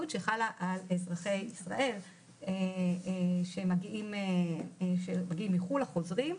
שחלה על אזרחי ישראל שמגיעים מחו"ל או חוזרים,